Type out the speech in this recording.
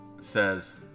says